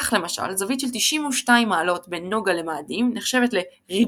כך למשל זווית של 92° בין נגה למאדים נחשבת ל"ריבועית"